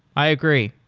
i agree.